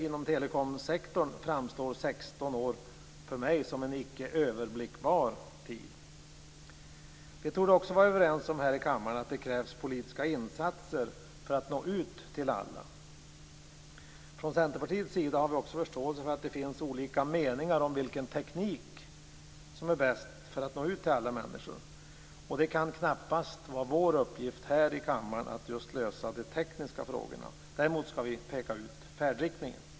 Inom telekomsektorn framstår 16 år för mig som en icke överblickbar tid. Vi torde också här i kammaren vara överens om att det krävs politiska insatser för att nå ut till alla. Från Centerpartiets sida har vi också förståelse för att det finns olika meningar om vilken teknik som är bäst för att nå ut till alla människor. Och det kan knappast vara vår uppgift här i kammaren att just lösa de tekniska frågorna. Däremot skall vi peka ut färdriktningen.